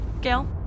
Gail